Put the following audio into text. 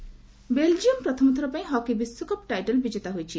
hockey Belgium ପ୍ରଥମଥର ପାଇଁ hockey ବିଶ୍ୱକପ୍ ଟାଇଟଲ୍ ବିଜେତା ହୋଇଛି